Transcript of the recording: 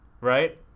right